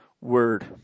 word